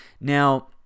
Now